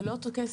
זה לא אותו כסף.